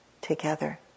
together